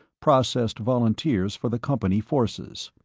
processed volunteers for the company forces.